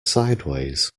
sideways